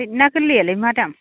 ना गोरलैयालाय मा दाम